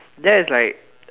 that is like